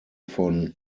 von